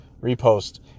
Repost